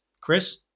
Chris